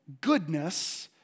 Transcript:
goodness